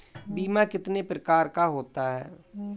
बीमा कितने प्रकार का होता है?